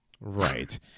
Right